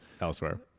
elsewhere